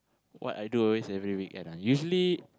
what I do always every weekend ah usually